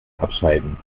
abschalten